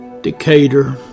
Decatur